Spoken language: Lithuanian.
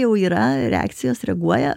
jau yra reakcijas reaguoja